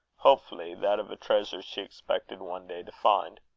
hopefully, that of a treasure she expected one day to find.